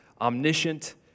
Omniscient